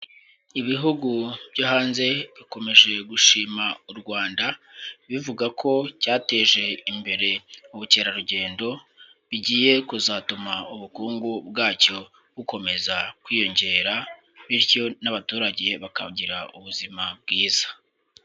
Ibihugu byo hanze bikomeje gushima u Rwanda, bivuga ko cyateje imbere ubukerarugendo, bigiye kuzatuma ubukungu bwacyo bukomeza kwiyongera, bityo n'abaturage bakagira ubuzima bwiza.